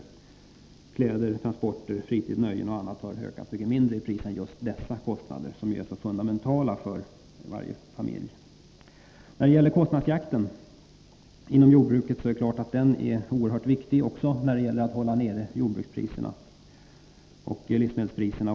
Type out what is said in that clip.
Utgifterna för kläder, transporter, fritid, nöjen och annat har ökat mycket mindre i pris än just dessa kostnader, som är så fundamentala för varje familj. Kostnadsjakten inom jordbruket är självfallet också oerhört viktig när det gäller att hålla nere jordbrukspriserna och livsmedelspriserna.